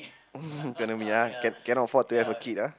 me ah cannot afford to have a kid ah